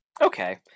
Okay